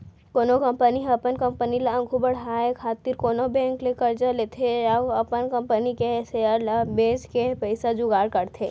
कोनो कंपनी ह अपन कंपनी ल आघु बड़हाय खातिर कोनो बेंक ले करजा लेथे या अपन कंपनी के सेयर ल बेंच के पइसा जुगाड़ करथे